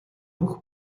бүх